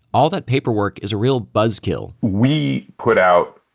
all that paperwork is a real buzzkill we put out,